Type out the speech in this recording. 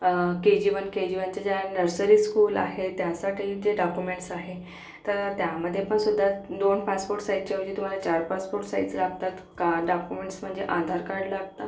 के one वन KG जी वनच्या नर्सरी स्कूल आहे त्यासाठी जे डाक्युमेंटस् आहे तर त्यामध्येपण सुद्धा दोन पासपोर्ट साइझच्या ऐवजी तुमहाला चार पासपोर्ट साइझ लागतात का डाक्युमेंटस् म्हणजे आधार कार्ड लागतं